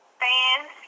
fans